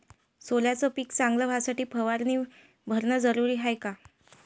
सोल्याचं पिक चांगलं व्हासाठी फवारणी भरनं जरुरी हाये का?